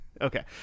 Okay